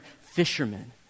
fishermen